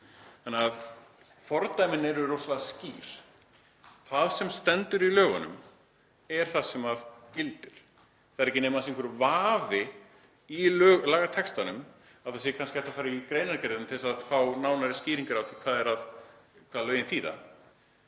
Þannig að fordæmin eru rosalega skýr. Það sem stendur í lögunum er það sem gildir. Það er ekki nema það sé einhver vafi í lagatextanum að hægt sé að fara kannski í greinargerðina til að fá nánari skýringar á því hvað lögin þýða.